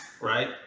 right